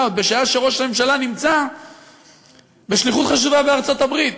בשעה שראש הממשלה נמצא בשליחות חשובה בארצות-הברית.